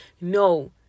No